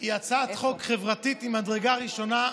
היא הצעת חוק חברתית ממדרגה ראשונה,